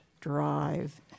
Drive